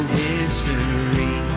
history